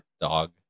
Dog